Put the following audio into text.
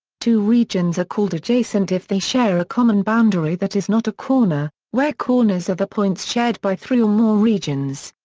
two regions are called adjacent if they share a common boundary that is not a corner, where corners are the points shared by three or more regions.